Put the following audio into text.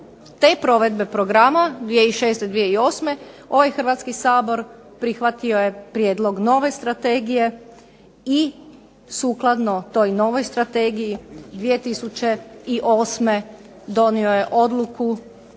te provedbe programa 2006./2008. ovaj Hrvatski sabor prihvatio je prijedlog nove strategije i sukladno toj novoj strategiji 2008. donio je odluku